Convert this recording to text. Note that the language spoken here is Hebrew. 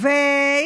בבית.